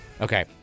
Okay